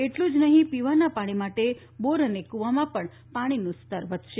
એટલું જ ન હીં પીવાના પાણી માટેના બોર અને કુવામાં પણ પાણીનું સ્તર વધશે